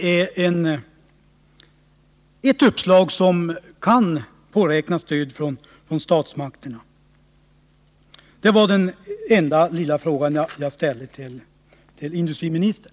Kan man för en sådan åtgärd påräkna stöd från statsmakterna? Jag är tacksam för ett svar på denna min enda fråga till industriministern.